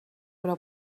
però